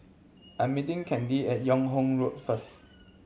I am meeting Kandy at Yung Ho Road first